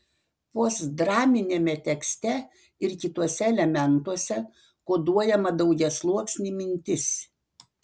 postdraminiame tekste ir kituose elementuose koduojama daugiasluoksnė mintis